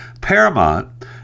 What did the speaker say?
Paramount